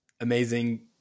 amazing